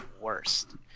worst